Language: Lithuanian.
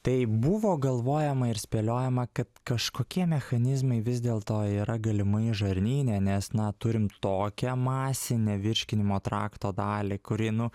tai buvo galvojama ir spėliojama kad kažkokie mechanizmai vis dėlto yra galimai žarnyne nes na turim tokią masinę virškinimo trakto dalį kuri nu